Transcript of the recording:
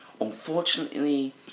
Unfortunately